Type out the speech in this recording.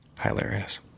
hilarious